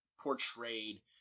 portrayed